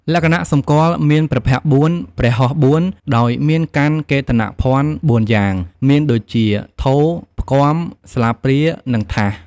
លក្ខណៈសម្គាល់ មានព្រះភ័ក្ត្រ៤ ព្រះហស្ថ៤ ដោយមានកាន់កេតណភ័ណ្ឌ៤យ៉ាង មានដូចជា ថូ ផ្គាំ ស្លាបព្រា និងថាស ។